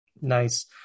Nice